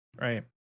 Right